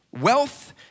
wealth